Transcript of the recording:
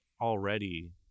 already